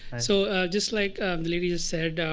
so just like the lady just said,